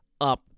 up